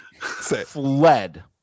fled